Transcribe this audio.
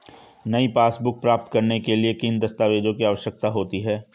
नई पासबुक प्राप्त करने के लिए किन दस्तावेज़ों की आवश्यकता होती है?